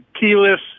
keyless